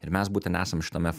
ir mes būtent esam šitame